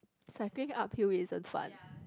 cycling uphill isn't fun